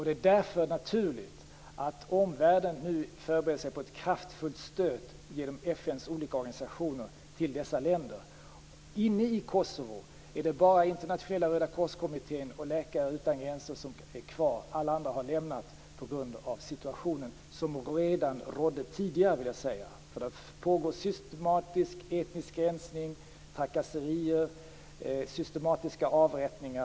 Det är därför naturligt att omvärlden nu förbereder sig på ett kraftfullt stöd genom FN:s olika organisationer till dessa länder. Inne i Kosovo är det bara Internationella röda korskommittén och Läkare utan gränser som är kvar, alla andra har lämnat Kosovo på grund av den situation som rådde redan tidigare. Det pågår systematisk etnisk rensning, trakasserier och systematiska avrättningar.